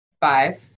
Five